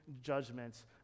judgments